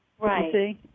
Right